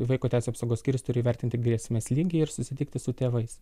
vaiko teisių apsaugos skyrius turi įvertinti grėsmės lygį ir susitikti su tėvais